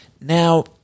Now